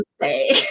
say